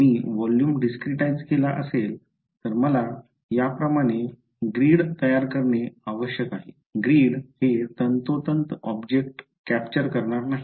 तर जर मी व्हॉल्यूम discretise केला असेल तर मला याप्रमाणे ग्रिड तयार करणे आवश्यक आहे ग्रिड हे तंतोतंत ऑब्जेक्ट कॅप्चर करणार नाही